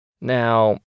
Now